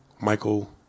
Michael